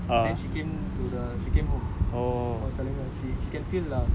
err I was telling her right then she came to the she came home